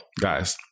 guys